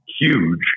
huge